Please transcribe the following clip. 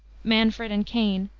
manfred and cain,